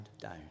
down